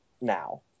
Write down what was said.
now